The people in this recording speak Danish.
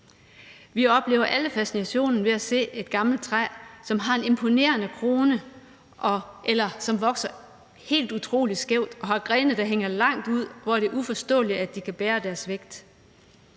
Vi oplever alle fascinationen ved at se et gammelt træ, som har en imponerende krone, eller som vokser helt utrolig skævt og har grene, der hænger langt ud, hvor det er uforståeligt, at det kan bære deres vægt.